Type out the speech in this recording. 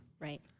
right